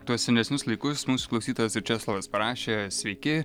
tuos senesnius laikus mūsų klausytojas ir česlovas parašė sveiki